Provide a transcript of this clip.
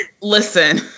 listen